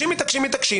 מתעקשים ומתעקשים,